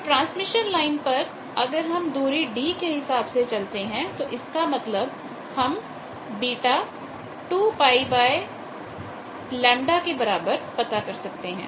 तो transmission line पर अगर हम दूरी d के हिसाब से चलते हैं तो इसका मतलब हम β2πλ पता कर सकते हैं